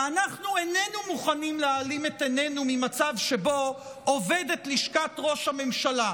ואנחנו איננו מוכנים להעלים את עיננו ממצב שבו עובדת לשכת ראש הממשלה,